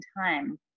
time